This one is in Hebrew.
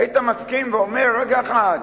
היית מסכים ואומר: רגע אחד,